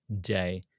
day